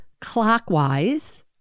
clockwise